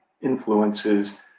influences